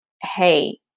hey